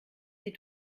sie